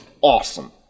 awesome